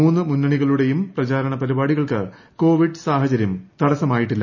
മൂന്ന് മുന്നണികളുടെയും പ്രചരണ പരിപാടികൾക്ക് കോവിഡ് സാഹചര്യം തടസ്സമായിട്ടില്ല